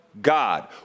God